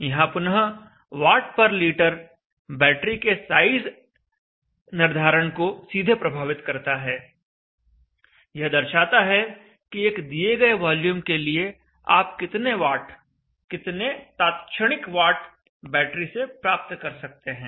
यहां पुनः Wliter battery के साइज निर्धारण को सीधे प्रभावित करता है यह दर्शाता है कि एक दिए गए वॉल्यूम के लिए आप कितने वाट कितने तात्क्षणिक वाट बैटरी से प्राप्त कर सकते हैं